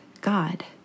God